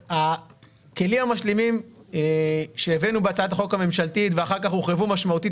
הכלים המשלימים שהבאנו בהצעת החוק הממשלתית ואחר כך הורחבו משמעותית